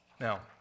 Now